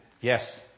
Yes